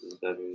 seven